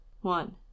One